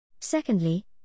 Secondly